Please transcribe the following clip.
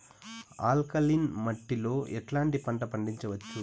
Alkaline మట్టి లో ఎట్లాంటి పంట పండించవచ్చు,?